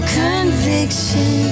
conviction